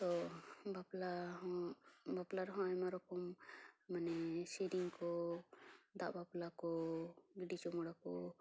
ᱛᱚ ᱵᱟᱯᱞᱟ ᱦᱚᱸ ᱵᱟᱯᱞᱟ ᱨᱮᱦᱚᱸ ᱟᱭᱢᱟ ᱨᱚᱠᱚᱢ ᱢᱟᱱᱮ ᱥᱮᱨᱮᱧ ᱠᱚ ᱫᱟᱜ ᱵᱟᱯᱞᱟ ᱠᱚ ᱜᱤᱰᱤ ᱪᱩᱵᱳᱲᱟ ᱠᱚ